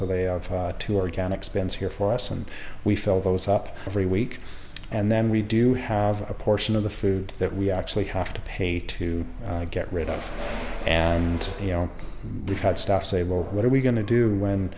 so they are too organic spends here for us and we fill those up every week and then we do have a portion of the food that we actually have to pay to get rid of and we've had stuff say well what are we going to do when